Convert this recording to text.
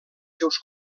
seus